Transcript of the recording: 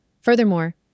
Furthermore